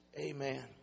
amen